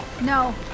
No